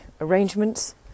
arrangements